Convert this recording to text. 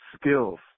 skills